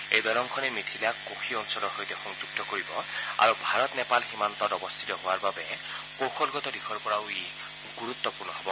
এই দলংখনে মিথিলাক কৌশি অঞ্চলৰ সৈতে সংযুক্ত কৰিব আৰু ভাৰত নেপাল সীমান্তত অৱস্থিত হোৱাৰ বাবে কৌশলগত দিশৰ পৰাও গুৰুত্পূৰ্ণ হ'ব